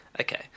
Okay